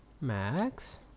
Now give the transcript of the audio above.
Max